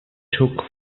took